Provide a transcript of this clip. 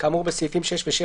כאמור בסעיפים 6 ו-7,